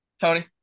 Tony